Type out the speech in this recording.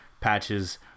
patches